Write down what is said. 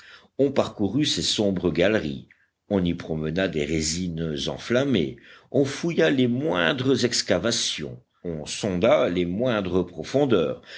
on parcourut ces sombres galeries on y promena des résines enflammées on fouilla les moindres excavations on sonda les moindres profondeurs